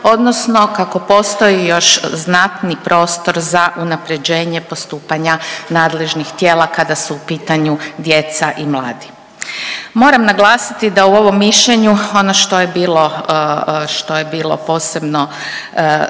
odnosno kako postoji još znatni prostor za unapređenje postupanja nadležnih tijela kada su u pitanju djeca i mladi. Moram naglasiti da u ovom mišljenju ono što je bilo, što je